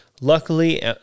luckily